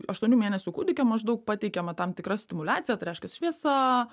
aštuonių mėnesių kūdikiui maždaug pateikiama tam tikra stimuliacija tai reiškias šviesa